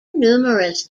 numerous